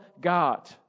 God